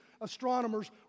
astronomers